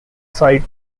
site